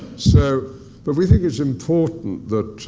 so but we think it's important that